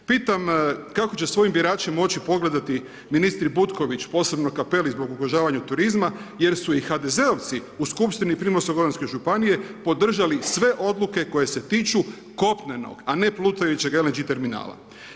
Pitam kako će svojim biračima moći pogledati ministri Butković posebno Cappelli zbog ugrožavanja turizma, jer su i HDZ-ovci u Skupštini Primorsko-goranske županije podržali sve odluke koje se tiču kopnenog, a ne plutajućeg LNG terminala.